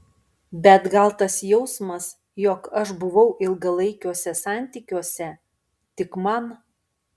bet gal tas jausmas jog aš buvau ilgalaikiuose santykiuose tik man